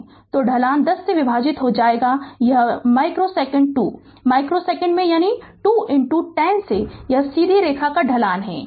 तो ढलान 10 से विभाजित हो जाएगा यह माइक्रो सेकेंड 2 माइक्रो सेकेंड है यानी 2 10 से यह सीधी रेखा का ढाल है